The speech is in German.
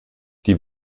die